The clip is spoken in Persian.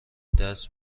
دست